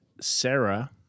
Sarah